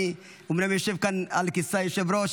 אני אומנם יושב כאן על כיסא היושב-ראש,